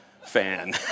fan